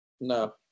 No